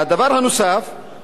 הוא העניין של ההקשבה.